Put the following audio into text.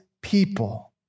people